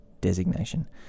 designation